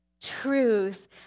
truth